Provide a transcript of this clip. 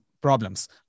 problems